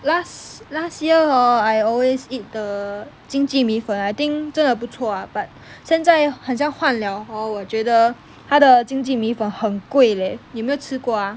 last last year hor I always eat the 经济米粉 I think 真的不错 ah but 现在很像换 liao hor 我觉得它的经济米粉很贵 leh 你有没有吃过 ah